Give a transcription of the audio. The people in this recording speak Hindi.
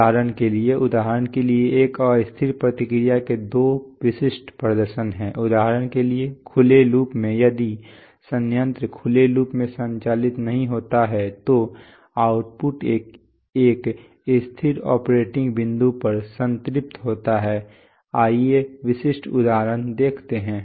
उदाहरण के लिए उदाहरण के लिए एक अस्थिर प्रतिक्रिया के दो विशिष्ट प्रदर्शन हैं उदाहरण के लिए खुले लूप में यदि संयंत्र खुले लूप में संचालित नहीं होता है तो आउटपुट एक स्थिर ऑपरेटिंग बिंदु पर संतृप्त होता है आइए विशिष्ट उदाहरण देखते है